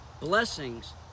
Blessings